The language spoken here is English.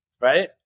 right